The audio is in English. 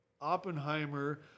Oppenheimer